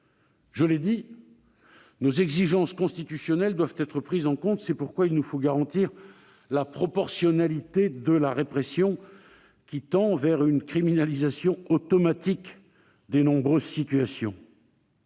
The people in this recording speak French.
Je l'ai dit, nos exigences constitutionnelles doivent être prises en compte. C'est pourquoi il nous faut garantir la proportionnalité de la répression, qui tend vers une criminalisation automatique de nombreuses situations.